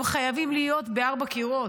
הם חייבים להיות בין ארבעה קירות.